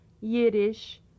Yiddish